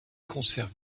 conserve